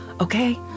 okay